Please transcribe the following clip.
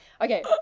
Okay